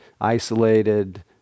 isolated